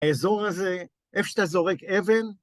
האזור הזה, איפה שאתה זורק אבן.